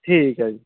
ਠੀਕ ਹੈ ਜੀ